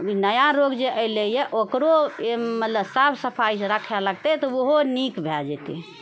नया रोग जे एलैए ओकरो मतलब साफ सफाइ जे राखय लगतै तऽ ओहो नीक भए जेतै